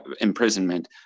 imprisonment